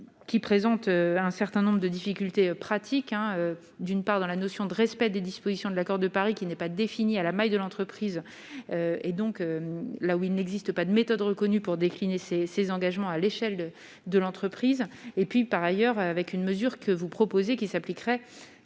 qui présente un certain nombre de difficultés pratiques, hein, d'une part dans la notion de respect des dispositions de l'accord de Paris qui n'est pas définie à la main et de l'entreprise et donc là où il n'existe pas de méthode reconnue pour décliner ses ses engagements à l'échelle de l'entreprise et puis par ailleurs avec une mesure que vous proposez, qui s'appliquerait,